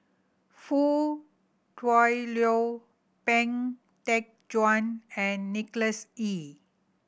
Foo Kui Liew Pang Teck Joon and Nicholas Ee